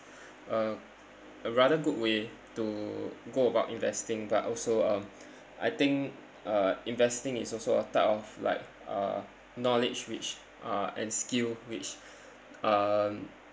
a a rather good way to go about investing but also um I think uh investing is also a type of like uh knowledge which uh and skill which um